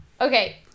okay